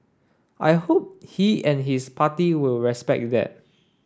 I hope he and his party will respect that